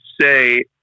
say